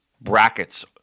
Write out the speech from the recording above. brackets